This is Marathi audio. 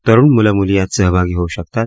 तरुण मुलं मुली यात सहभागी होऊ शकतात